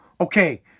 okay